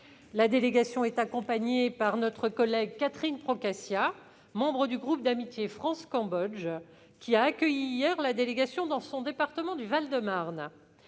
La délégation est accompagnée par notre collègue Catherine Procaccia, membre du groupe d'amitié France-Cambodge, qui a accueilli hier la délégation dans son département du Val-de-Marne.